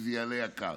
כי זה יעלה יקר,